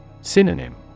Synonym